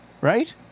right